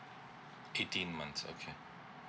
fifty months okay